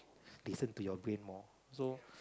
listen to your brain more so